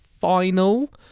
final